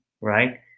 Right